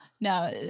No